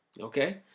Okay